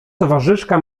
towarzyszka